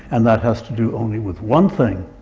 and that has to do only with one thing.